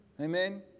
Amen